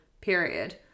period